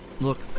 Look